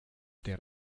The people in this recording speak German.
der